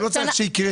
לא צריך שיקרה.